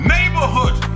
Neighborhood